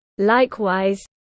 Likewise